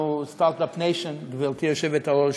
אנחנו start-up nation, גברתי היושבת-ראש,